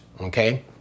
okay